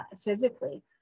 physically